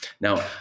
now